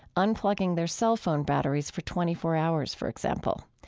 unplugging their cell phone batteries for twenty four hours, for example.